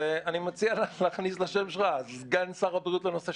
ואני מציע להחליף את השם שלך: סגן שר הבריאות בנושא שב"כ.